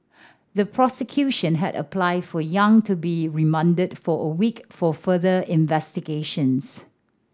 the prosecution had applied for Yang to be remanded for a week for further investigations